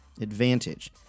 Advantage